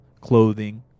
clothing